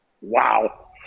Wow